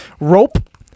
rope